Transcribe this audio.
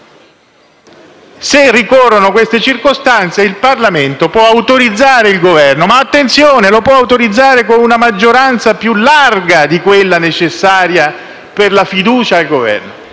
Se ricorrono queste circostanze, il Parlamento può autorizzare il Governo ma, attenzione, lo può autorizzare con una maggioranza più larga di quella necessaria per la fiducia al Governo.